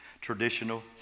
traditional